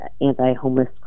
anti-homeless